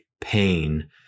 pain